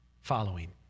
following